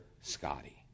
Scotty